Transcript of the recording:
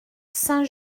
saint